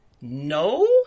No